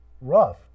rough